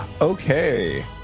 Okay